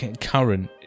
current